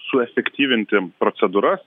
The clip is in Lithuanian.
suefektyvinti procedūras